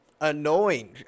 annoying